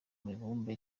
mibumbe